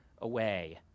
away